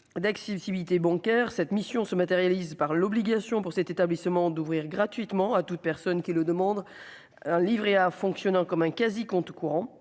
d'accessibilité bancaire cette mission se matérialise par l'obligation pour cet établissement d'ouvrir gratuitement à toute personne qui le demande, Livret A, fonctionnant comme un quasi-compte courant